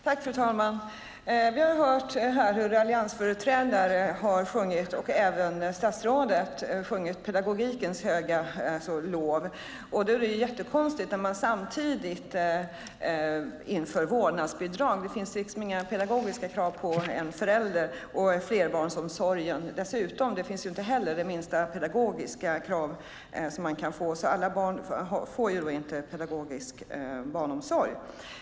Fru talman! Vi har hört hur alliansföreträdare och statsrådet har sjungit pedagogikens höga lov. Då är det konstigt att samtidigt införa vårdnadsbidrag. Det finns inga pedagogiska krav på en förälder och flerbarnsomsorgen. Det finns inte det minsta pedagogiska krav, och därför får inte alla barn en pedagogisk barnsomsorg.